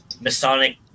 Masonic